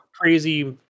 crazy